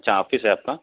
अच्छा आफिस है आपका